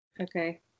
Okay